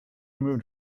moved